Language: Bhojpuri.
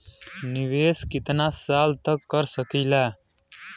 निवेश कितना साल तक कर सकीला?